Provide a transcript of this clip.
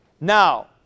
Now